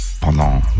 pendant